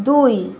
দুই